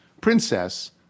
princess